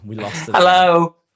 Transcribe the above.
hello